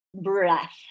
breath